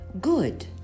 good